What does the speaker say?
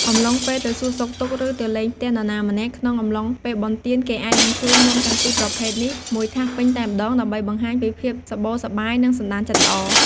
អំឡុងពេលទៅសួរសុខទុក្ខ ឬ ទៅលេងផ្ទះនរណាម្នាក់ ក្នុងអំឡុងពេលបុណ្យទាន គេអាចនឹងជូននំទាំងពីរប្រភេទនេះមួយថាសពេញតែម្ដង ដើម្បីបង្ហាញពីភាពសម្បូរសប្បាយ និងសណ្ដានចិត្តល្អ។